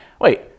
wait